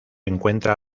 encuentra